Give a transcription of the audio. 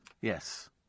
Yes